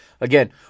again